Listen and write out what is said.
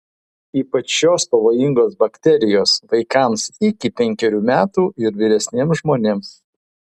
ypač šios pavojingos bakterijos vaikams iki penkerių metų ir vyresniems žmonėms